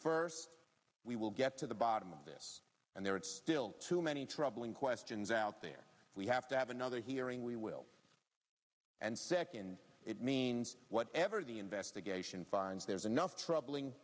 first we will get to the bottom of this and there it's still too many troubling questions out there we have to have another hearing we will and second it means whatever the investigation finds there's enough troubling